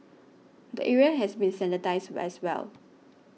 the area has been sanitised as well